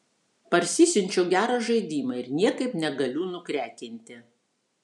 parsisiunčiau gerą žaidimą ir niekaip negaliu nukrekinti